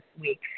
week